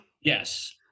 Yes